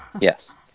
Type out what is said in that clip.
Yes